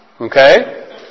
Okay